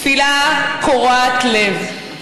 תפילה קורעת לב,